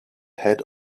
head